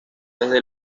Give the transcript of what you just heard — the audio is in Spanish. desde